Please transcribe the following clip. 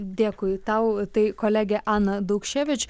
dėkui tau tai kolegė ana daukševič